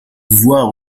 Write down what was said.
voir